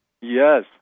Yes